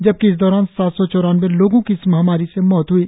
जबकि इस दौरान सात सौ चौरानबे लोगो की इस महामारी से मौत हई